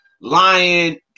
lying